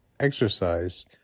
Exercise